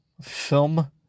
film